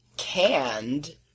Canned